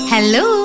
Hello